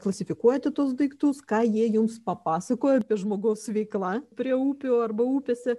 klasifikuojate tuos daiktus ką jie jums papasakoja apie žmogaus veikla prie upių arba upėse